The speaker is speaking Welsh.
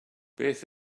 beth